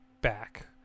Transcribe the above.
back